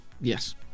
yes